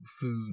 food